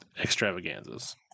extravaganzas